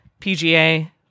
PGA